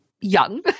young